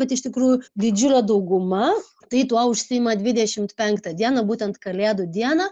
bet iš tikrųjų didžiulė dauguma tai tuo užsiima dvidešimt penktą dieną būtent kalėdų dieną